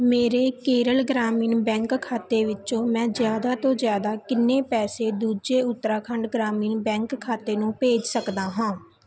ਮੇਰੇ ਕੇਰਲ ਗ੍ਰਾਮੀਣ ਬੈਂਕ ਖਾਤੇ ਵਿੱਚੋ ਮੈਂ ਜ਼ਿਆਦਾ ਤੋਂ ਜ਼ਿਆਦਾ ਕਿੰਨੇ ਪੈਸੇ ਦੂਜੇ ਉੱਤਰਾਖੰਡ ਗ੍ਰਾਮੀਣ ਬੈਂਕ ਖਾਤੇ ਨੂੰ ਭੇਜ ਸੱਕਦਾ ਹਾਂ